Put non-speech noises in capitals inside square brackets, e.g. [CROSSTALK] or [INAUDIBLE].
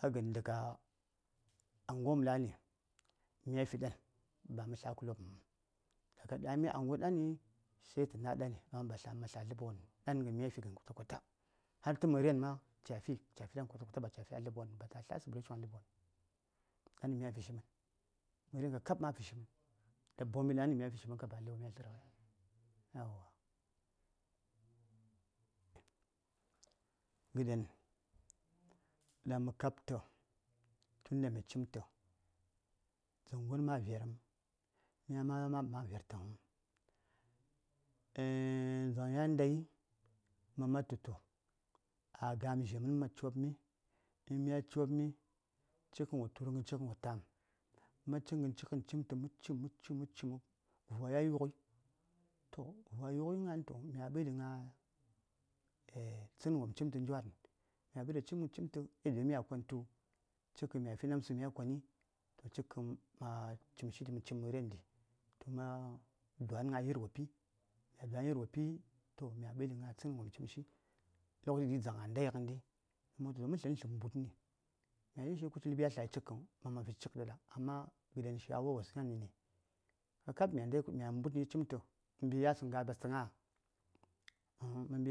﻿A gən daka anguwa wopm ɗa ɗani mya fi ɗan ba ma tlə a ləbwon huŋ daka ɗami anguwa sai tə na: ɗani amma ba ma tlə a ləbwon huŋ ɗan ghən mya fi ghən kwatakwata har tə məren ma ca fi cafi ɗan kwata kwata ba ta tlə a ləbwon bata tla [UNINTELLIGIBLE] a ləbwon huŋ ɗan ghən mya fishi mən məren kakab ma fishi mən ɗa bom ɗa ɗani ghən mya fi shi ba ləbwon mya lərshi yauwa, gəden ɗan mə kab tə tun daŋ mi cimtə dzaŋgon ma verəŋ myani ma ma vertəŋ eah dzaŋ ya ndai maman tutə a gam dzha ma cobmi uhn mya cobmi cikən wo turghən cighən wo tam ma ci ghən cighən cimtə ma ci mə ci mə ci vwa ya yukghəi toh vwa yukghəi gna tu uhn mya ɓəɗi gna eah tsən ghən wom cimtə djwan yaddiyoɗaŋ miya kon tu cik kən mya tlə namtsə ɗan mya koni toh cik kən ma cim məren ɗi ma man dwan gna yir wopi mya dwan yir wopi toh mya ɓəɗi gna tsənghən wopm mi cimshi to ghə gi: dzaŋ a ndai ghəndi mə wul to mə tlən mə mbudni mya tləŋ shi kuci cikkən ləb ya tlai maman fi cik ɗaɗa amma gəɗen shaawa wos yan nə ni kakab mya ndai mya mbudni cimtə mə mbi yasəŋ mə ga ɓastə mbi